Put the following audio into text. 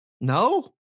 No